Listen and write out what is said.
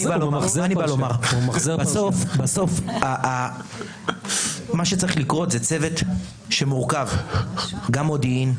בסוף מה שצריך לקרות זה צוות שמורכב גם מודיעין,